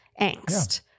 angst